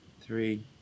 three